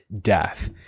death